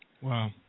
Wow